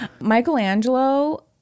Michelangelo